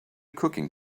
cooking